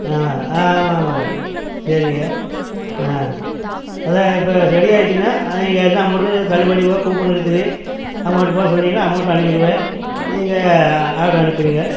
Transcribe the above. ஆமாங்க ஆ ஆமா ஆமாங்க சரிங்க ஆ அதான் இப் சரியாகிருச்சினா அதுக்கு என்ன அமௌண்ட்டு தள்ளுபடி போக கூப்பன் இருக்குது அமௌண்ட்டு போட சொன்னிங்கன்னா அமௌண்ட்டு அனுப்பிடுவேன் நீங்கள் ஆட்ரு அனுப்பிடுங்க